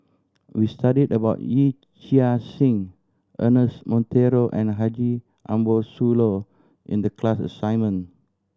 we studied about Yee Chia Hsing Ernest Monteiro and Haji Ambo Sooloh in the class assignment